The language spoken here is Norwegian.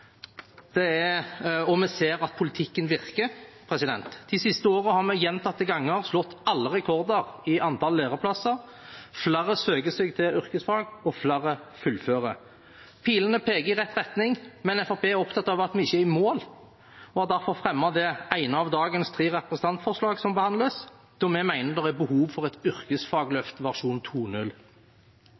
og vi ser at politikken virker. De siste årene har vi gjentatte ganger slått alle rekorder i antall læreplasser. Flere søker seg til yrkesfag, og flere fullfører. Pilene peker i rett retning, men Fremskrittspartiet er opptatt av at vi ikke er i mål, og har derfor fremmet det ene av dagens tre representantforslag som behandles, da vi mener det er behov for et yrkesfagløft versjon